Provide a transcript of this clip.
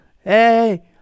hey